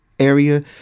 Area